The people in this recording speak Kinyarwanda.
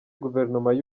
gouvernement